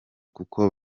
kuko